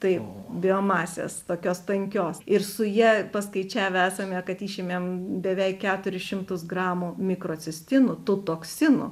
taip biomasės tokios tankios ir su ja paskaičiavę esame kad išėmėm beveik keturis šimtus gramų mikrocistinų tų toksinų